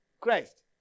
Christ